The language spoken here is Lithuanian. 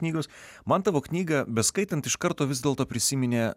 knygos man tavo knygą beskaitant iš karto vis dėlto prisiminė